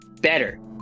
better